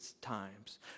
times